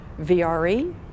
VRE